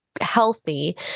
healthy